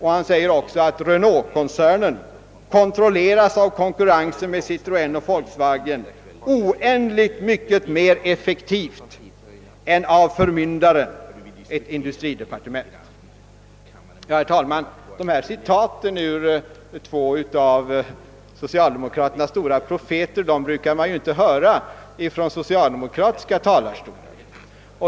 Han säger också att Renaultkoncernen kontrolleras av konkurrensen med Citroéön och Volkswagen oändligt mycket mer effektivt än av »förmyndaren», ett industridepartement. Herr talman! Sådana här citat från två av socialdemokraternas stora profeter brukar man inte höra anföras av socialdemokrater.